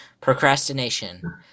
Procrastination